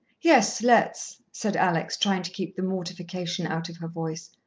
yes, let's, said alex, trying to keep the mortification out of her voice.